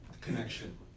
connection